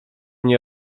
nie